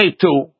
two